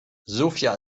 sofia